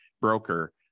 broker